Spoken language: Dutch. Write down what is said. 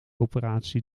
operatie